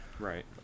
Right